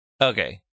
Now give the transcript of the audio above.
Okay